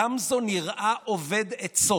גמזו נראה אובד עצות,